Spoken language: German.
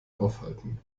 aufhalten